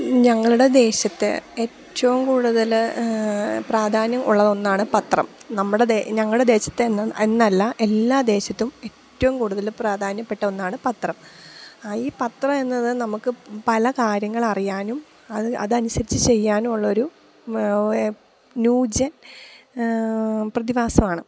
ഞങ്ങളുടെ ദേശത്ത് ഏറ്റവും കൂടുതൽ പ്രാധാന്യം ഉള്ളത് ഒന്നാണ് പത്രം നമ്മുടെ ദേ ഞങ്ങളുടെ ദേശത്തെ എന്ന് എന്നല്ല എല്ലാ ദേശത്തും ഏറ്റവും കൂടുതൽ പ്രാധാന്യപ്പെട്ട ഒന്നാണ് പത്രം ഈ പത്രം എന്നത് നമുക്ക് പല കാര്യങ്ങൾ അറിയാനും അത് അതനുസരിച്ച് ചെയ്യാനും ഉള്ളൊരു ന്യൂ ജെൻ പ്രതിഭാസമാണ്